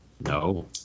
No